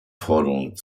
forderung